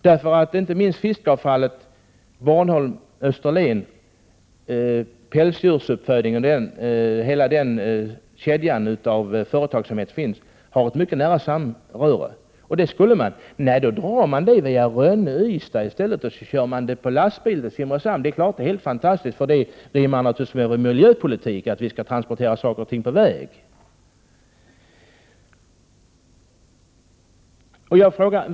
Inte minst när det gäller fiskeavfallet Bornholm-Österlen, pälsdjursuppfödningen och hela den kedjan av företag finns det ett mycket nära samröre, men då drar man det hela via Rönne och Ystad i stället och kör det sedan vidare på lastbil till Simrishamn. Det är klart att detta är helt fantastiskt. Det har naturligtvis med miljöpolitik att göra, man skall transportera saker och ting på väg.